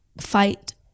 fight